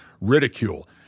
ridicule